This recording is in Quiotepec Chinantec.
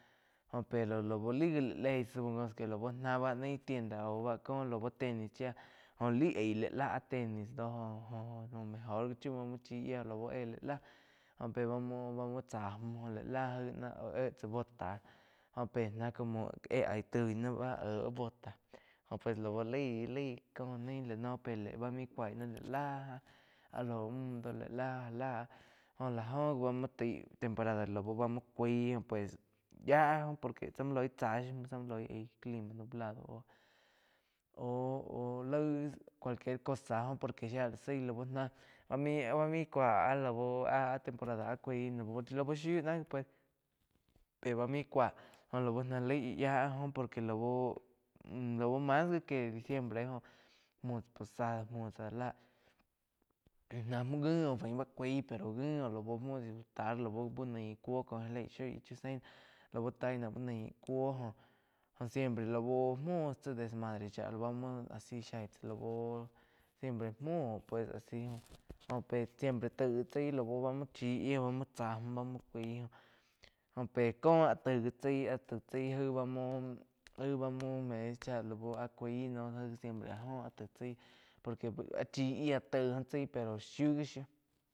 Jo pero laú li gi lá leig tzá que la bá ná báh nai tienda aú có lau tenis chia jo lai aí la láh áh tenis do jo-jo mejor mu chía yiá lau éh la láh óh pe bá muo-bá muo tsá müh láh náh éh tzá bota jó pe ná éh aí tói náh báh éh bota jo pues lau lai-lai có nai la noh pe bá main cúai náh la láh áh ló muh do lá láh já láh lá ho gi bá muo taí temporada lau bá muó cúai ues yía por que zá muo loi tsá mú zá muo loi aí nublado óh-óh-óh laig cualquier cosa jóh shía la zaí lau ba main, bá main cua áh-áh temporada áh cuaí laú shiu náh gi pues pe bá main cuá jo ná lai yía jo por que lau mas gi que diciembre joh muo tsá posada muo chá já láh náh ngi óh fain bá cuaí la muo ta la uh bu naih cúoo có já leí shoi íh chiu zein ná lau tain náh úh naín cúo óh siempre laú muo tsá desmadre chá lau bá asi shaí tsá lau siempre múo óh pues a si jó pe siempre taíg chái laú bá muo chí yía bá múo chá múh bá muo cái jó pe cóh áh taig gi chaí áh taig chaí ai bá muo, ai ba muo mes cha lau áh cuai noh siempre áh jó áh taí chái por que áh chí yía taig óh chaí pero shiu gi shíu.